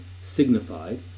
signified